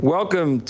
Welcome